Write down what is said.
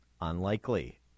Unlikely